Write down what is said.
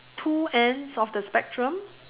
two ends of the spectrum